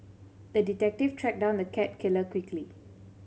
the detective tracked down the cat killer quickly